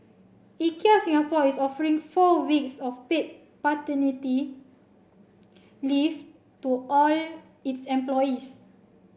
Ikea Singapore is offering four weeks of paid paternity leave to all its employees